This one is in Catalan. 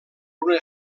una